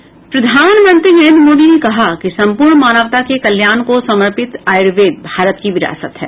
प्रधानमंत्री नरेन्द्र मोदी ने कहा कि संपूर्ण मानवता के कल्याण को समर्पित आयुर्वेद भारत की विरासत है